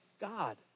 God